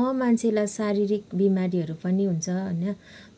अँ मान्छेलाई शारीरिक बिमारीहरू पनि हुन्छ होइन